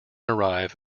arrive